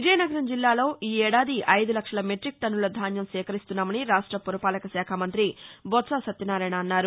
విజయనగరం జిల్లాలో ఈ ఏడాది ఐదు లక్షల మెట్టిక్ టన్నుల ధాన్యం సేకరిస్తున్నామని రాష్ట పురపాలక శాఖ మంత్రి బొత్స సత్యనారాయణ అన్నారు